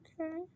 Okay